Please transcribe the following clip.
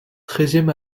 treizième